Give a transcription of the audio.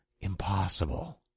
impossible